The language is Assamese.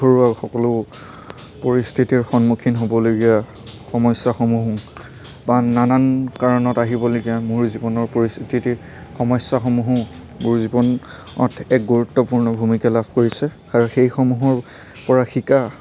ঘৰুৱা সকলো পৰিস্থিতিৰ সন্মুখীন হ'বলগীয়া সমস্যাসমূহো বা নানান কাৰণত আহিবলগীয়া মোৰ জীৱনৰ পৰিস্থিতি সমস্যাসমূহো মোৰ জীৱনত এক গুৰুত্বপূৰ্ণ ভূমিকা লাভ কৰিছে আৰু সেইসমূহৰ পৰা শিকা